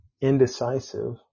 indecisive